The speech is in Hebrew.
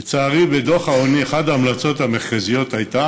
לצערי, בדוח העוני, אחת ההמלצות המרכזיות הייתה